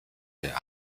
der